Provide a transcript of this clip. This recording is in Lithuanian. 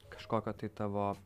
kažkokio tai tavo